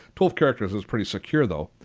twelve characters is pretty secure though.